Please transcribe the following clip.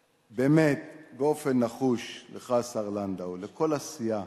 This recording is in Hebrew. באמת, באופן נחוש, לך השר לנדאו, לכל הסיעה,